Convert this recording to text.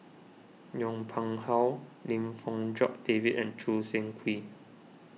Yong Pung How Lim Fong Jock David and Choo Seng Quee